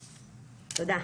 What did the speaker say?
תודה.